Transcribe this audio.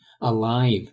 alive